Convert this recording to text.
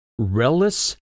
Relis